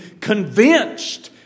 convinced